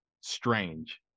strange